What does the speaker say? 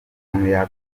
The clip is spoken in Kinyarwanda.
yakwifuza